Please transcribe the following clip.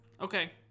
Okay